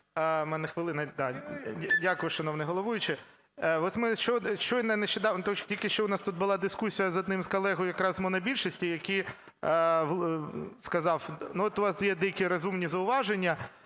В мене хвилина. Дякую, шановний головуючий. Ось тільки що в нас була дискусія з одним колегою якраз із монобільшості, який сказав, ну, от у вас є деякі розумні зауваження,